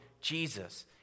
Jesus